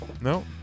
No